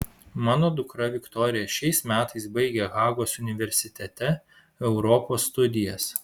mano dukra viktorija šiais metais baigia hagos universitete europos studijas